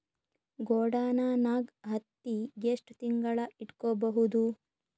ಗೊಡಾನ ನಾಗ್ ಹತ್ತಿ ಎಷ್ಟು ತಿಂಗಳ ಇಟ್ಕೊ ಬಹುದು?